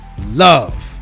love